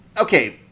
okay